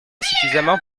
suffisamment